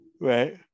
Right